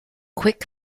quick